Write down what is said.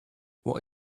what